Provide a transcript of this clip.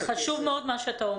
זה חשוב מאוד מה שאתה אומר.